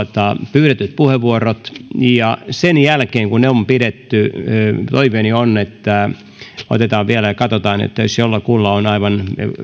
pyydetyt puheenvuorot ja sen jälkeen kun ne on pidetty toiveeni on että otetaan vielä ja katsotaan jos jollekulle on aivan